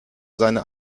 seine